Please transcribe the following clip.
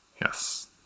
Yes